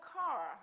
car